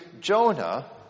Jonah